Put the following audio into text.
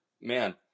man